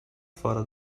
fora